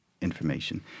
information